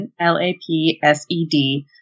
L-A-P-S-E-D